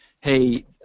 hey